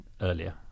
earlier